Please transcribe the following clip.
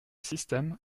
système